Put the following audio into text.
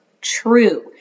true